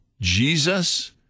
Jesus